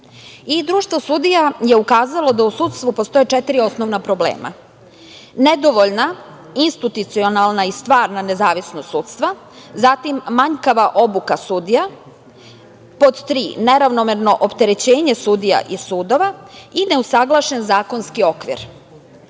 i društvo sudija je ukazalo da u sudstvu postoje četiri osnovna problema, nedovoljna, institucionalne i stvarna nezavisnost sudstva. Zatim manjkava obuka sudija, pod tri, neravnomerno opterećenje sudija i sudova i neusaglašen zakonski